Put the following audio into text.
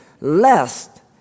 lest